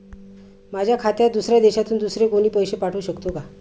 माझ्या खात्यात दुसऱ्या देशातून दुसरे कोणी पैसे पाठवू शकतो का?